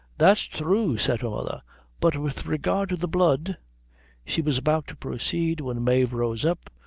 that's thrue, said her mother but with regard to the blood she was about to proceed, when mave rose up,